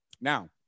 Now